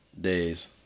days